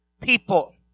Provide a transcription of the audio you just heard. people